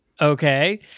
okay